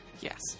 yes